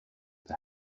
the